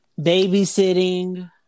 babysitting